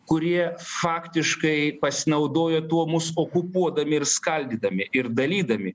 kurie faktiškai pasinaudojo tuo mus okupuodami ir skaldydami ir dalydami